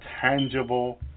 tangible